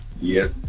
Yes